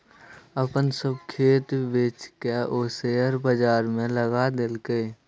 अपन सभ खेत बेचिकए ओ शेयर बजारमे लगा देलकै